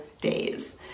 days